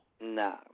No